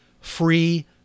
free